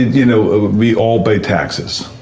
you know we all pay taxes